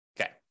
Okay